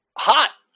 Hot